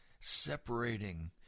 separating